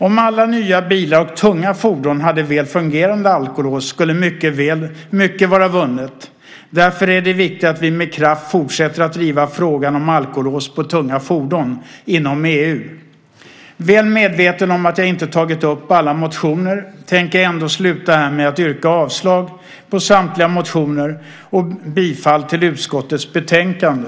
Om alla nya bilar och tunga fordon hade väl fungerande alkolås skulle mycket vara vunnet. Därför är det viktigt att vi med kraft fortsätter att driva frågan om alkolås på tunga fordon inom EU. Väl medveten om att jag inte tagit upp alla motioner tänker jag ändå sluta med att yrka avslag på samtliga motioner och reservationer och bifall till förslaget i utskottets betänkande.